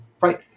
Right